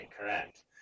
correct